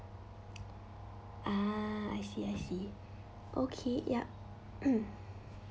ah I see I see okay yup mm